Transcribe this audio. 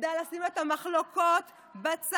וכל עוד נדע לשים את המחלוקות בצד